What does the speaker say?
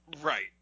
Right